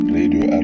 Radio